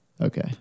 Okay